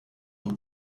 nie